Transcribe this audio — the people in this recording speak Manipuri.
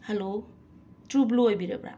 ꯍꯜꯂꯣ ꯇ꯭ꯔꯨꯕ꯭ꯂꯨ ꯑꯣꯏꯕꯤꯔꯕꯔꯥ